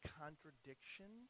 contradiction